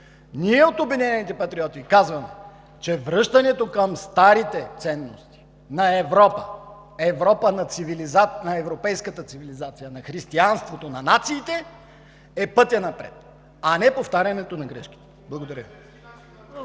Ние от „Обединените патриоти“ казваме, че връщането към старите ценности на Европа, на европейската цивилизация, на християнството, на нациите е пътят напред, а не повтарянето на грешките. Благодаря Ви.